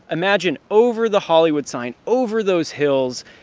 imagine. over the hollywood sign, over those hills,